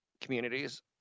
communities